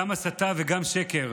גם הסתה וגם שקר.